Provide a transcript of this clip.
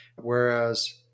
Whereas